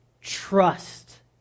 trust